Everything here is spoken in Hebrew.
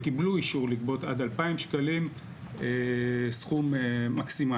קיבלו אישור לגבות עד 2,000 שקלים סכום מקסימלי.